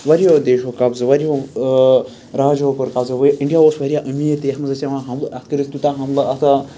واریاہو دیشو قبضہٕ واریاہو راجو کوٚر قبضہٕ اِنڈیا اوس واریاہ امیٖر تہِ یَتھ منٛز ٲسۍ یِوان حملہٕ اتھ کٔر اَسۍ تیوٗتاہ حملہٕ اَتھ آو